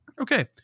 okay